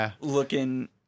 looking –